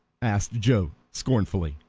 asked joe scornfully.